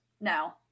No